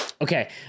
okay